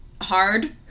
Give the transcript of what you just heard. hard